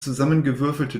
zusammengewürfelte